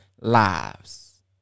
lives